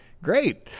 Great